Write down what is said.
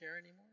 anymore